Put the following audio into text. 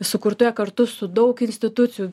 sukurtoje kartu su daug institucijų